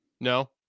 No